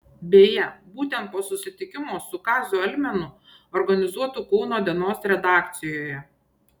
beje būtent po susitikimo su kaziu almenu organizuotu kauno dienos redakcijoje